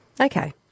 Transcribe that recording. okay